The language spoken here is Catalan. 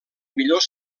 millors